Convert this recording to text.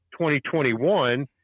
2021